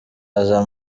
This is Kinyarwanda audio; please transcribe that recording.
aza